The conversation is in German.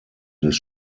des